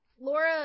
Laura